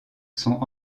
sont